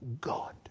God